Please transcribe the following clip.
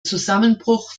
zusammenbruch